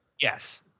Yes